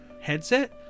headset